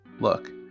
Look